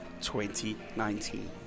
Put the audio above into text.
2019